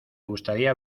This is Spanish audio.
gustaría